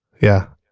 yeah